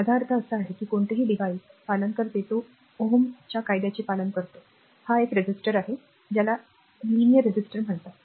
माझा अर्थ असा आहे की कोणतेही डिव्हाइस पालन करते तो r Ω च्या कायद्याचे पालन करतो हा एक रेझिस्टर आहे ज्याला रेषीय प्रतिरोधक म्हणतात